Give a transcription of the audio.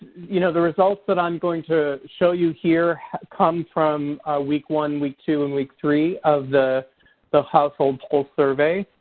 you know, the results that i'm going to show you here come from week one, week two and week three of the the household pulse survey.